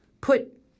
put